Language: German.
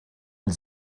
und